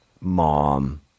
mom